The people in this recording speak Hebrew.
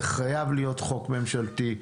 זה חייב להיות חוק ממשלתי,